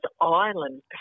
island